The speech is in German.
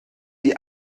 die